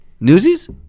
Newsies